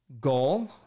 goal